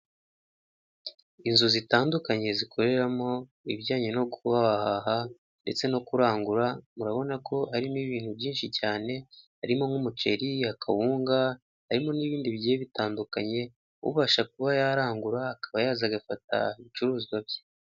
Inzu zitandukanye zikoreramo ibijyanye no guhaha ndetse no kurangura, murabona ko harimo ibintu byishi cyane, harimo nka umuceri, akawunga, harimo nibindi bigiye bitandukanye, ubasha kuba yarangura akaba yaza agafata ibicuruzwa bye.